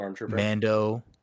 Mando